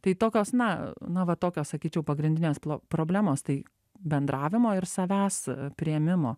tai tokios na na va tokios sakyčiau pagrindinės problemos tai bendravimo ir savęs priėmimo